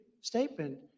statement